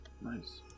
Nice